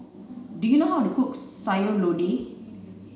do you know how to cook Sayur Lodeh